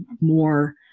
more